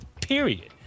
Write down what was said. period